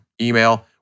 email